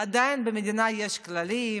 עדיין במדינה יש כללים,